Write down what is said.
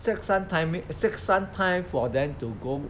set some timing set some time for them to go